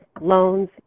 loans